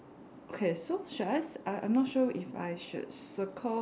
okay so should I cir~ I I'm not so sure if I should circle the